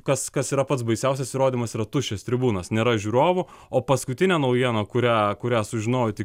kas kas yra pats baisiausias įrodymas yra tuščios tribūnos nėra žiūrovų o paskutinė naujiena kurią kurią sužinojau tik